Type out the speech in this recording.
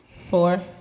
Four